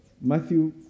Matthew